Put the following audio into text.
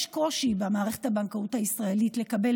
יש קושי במערכת הבנקאות הישראלית לקבל